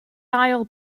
ail